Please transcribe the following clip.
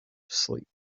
sleep